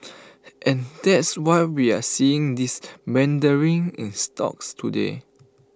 and that's why we're seeing this meandering in stocks today